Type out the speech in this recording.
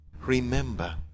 remember